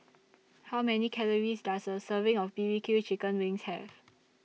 How Many Calories Does A Serving of B B Q Chicken Wings Have